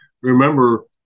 Remember